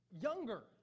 younger